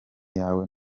yawe